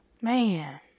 Man